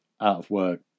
out-of-work